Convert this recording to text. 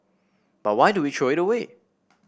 but why do we throw it away